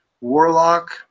Warlock